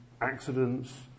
accidents